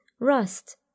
rust